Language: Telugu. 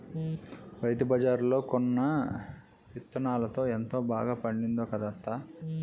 రైతుబజార్లో కొన్న యిత్తనాలతో ఎంత బాగా పండిందో కదా అత్తా?